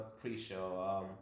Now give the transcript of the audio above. pre-show